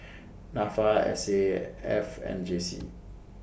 Nafa S A F and J C